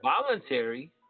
voluntary